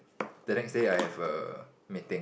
the next day I have a meeting